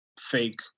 fake